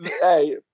Hey